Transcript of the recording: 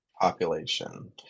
population